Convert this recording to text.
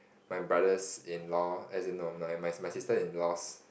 my brother's in law as in no my my sister in laws